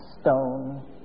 stone